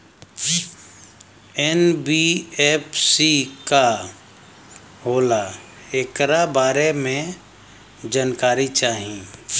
NBFC का होला ऐकरा बारे मे जानकारी चाही?